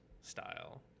style